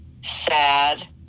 sad